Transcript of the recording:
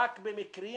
רק במקרים